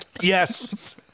Yes